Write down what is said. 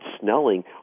Snelling